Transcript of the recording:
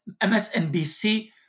MSNBC